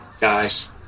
guys